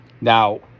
now